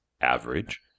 average